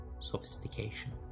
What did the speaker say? sophistication